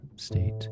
state